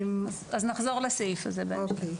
אז נחזור לסעיף הזה בהמשך.